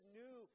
new